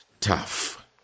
tough